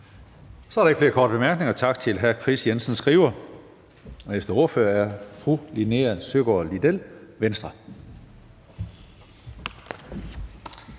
Så er der ikke flere korte bemærkninger. Tak til hr. Kris Jensen Skriver. Næste ordfører er fru Linea Søgaard-Lidell, Venstre.